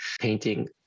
painting